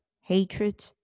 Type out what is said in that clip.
hatred